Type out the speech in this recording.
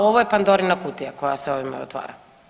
Ovo je Pandorina kutija koja se ovime otvara.